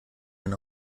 mein